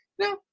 no